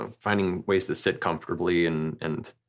ah finding ways to sit comfortably, and and